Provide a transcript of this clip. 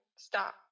Stop